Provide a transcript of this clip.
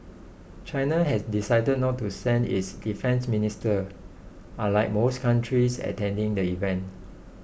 China has decided not to send its defence minister unlike most countries attending the event